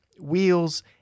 wheels